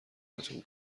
براتون